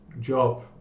job